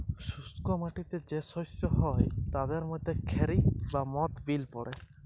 শুস্ক মাটিতে যে শস্য হ্যয় তাদের মধ্যে খেরি বা মথ বিল পড়ে